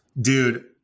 Dude